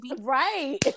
Right